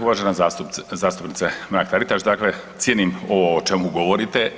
Uvažena zastupnice Mrak Taritaš, dakle cijenim ovo o čemu govorite.